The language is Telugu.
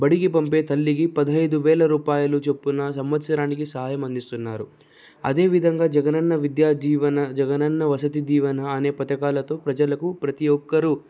బడికి పంపే తల్లికి పదిహేను వేల రూపాయలు చొప్పున సంవత్సరానికి సాయం అందిస్తున్నారు అదేవిధంగా జగన్ అన్న విద్యా జీవన జగన్ అన్న వసతి దీవెన అనే పథకాలతో ప్రజలకు ప్రతి ఒక్కరు